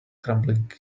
crumbling